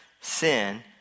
sin